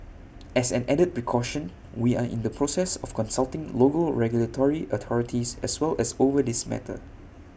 as an added precaution we are in the process of consulting local regulatory authorities as well as over this matter